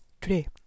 Today